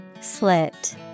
Slit